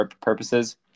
purposes